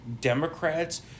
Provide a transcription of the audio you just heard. Democrats